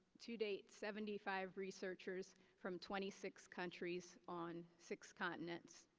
to date, seventy five researchers from twenty six countries on six continents.